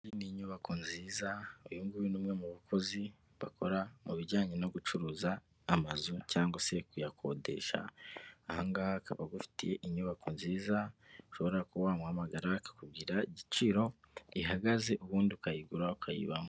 Iyi ni inyubako nziza. Uyu nguyu ni umwe mu bakozi bakora mu bijyanye no gucuruza amazu cyangwa se kuyakodesha. Aha ngaha akaba agufiteye inyubako nziza ushobora kuba wamuhamagara akakubwira igiciro ihagaze ubundi ukayigura ukayibamo.